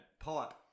Pipe